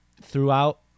throughout